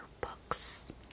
books